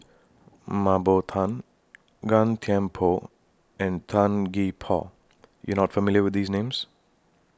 Mah Bow Tan Gan Thiam Poh and Tan Gee Paw YOU Are not familiar with These Names